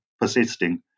persisting